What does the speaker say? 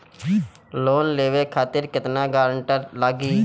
Loan लेवे खातिर केतना ग्रानटर लागी?